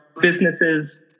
businesses